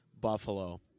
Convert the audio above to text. Buffalo